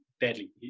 deadly